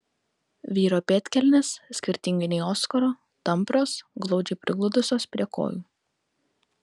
vyro pėdkelnės skirtingai nei oskaro tamprios glaudžiai prigludusios prie kojų